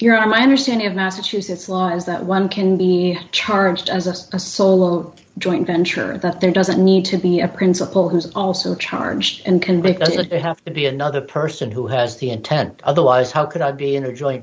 are my understanding of massachusetts law is that one can be charged as a solo joint venture and that there doesn't need to be a principal who is also charged and convicted they have to be another person who has the intent otherwise how could i be